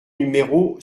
numéro